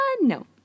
no